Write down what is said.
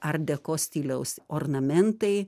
art deko stiliaus ornamentai